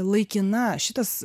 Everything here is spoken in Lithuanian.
laikina šitas